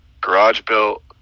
garage-built